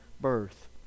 birth